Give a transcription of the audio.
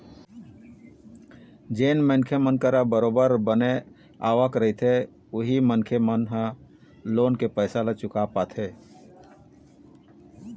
जेन मनखे मन करा बरोबर बने आवक रहिथे उही मनखे मन ह लोन के पइसा ल चुकाय पाथे